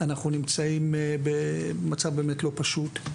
אנחנו נמצאים במצב באמת לא פשוט.